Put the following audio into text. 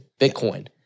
Bitcoin